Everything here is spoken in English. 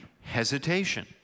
hesitation